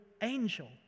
angel